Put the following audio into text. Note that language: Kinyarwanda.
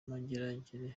mageragere